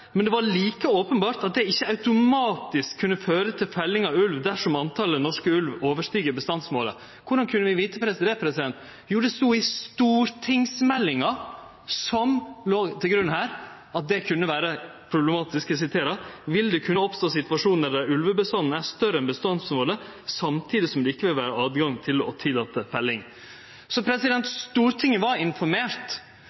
men det var like openbert at det ikkje automatisk kunne føre til felling av ulv dersom talet på norske ulvar overstig bestandsmålet. Korleis kunne vi vite det? Jau, det stod i stortingsmeldinga som låg til grunn her, at det kunne vere problematisk – «vil det kunne oppstå situasjoner der ulvebestanden er større enn bestandsmålet samtidig som det ikke vil være adgang til å tillate felling».